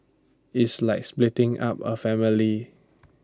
it's like splitting up A family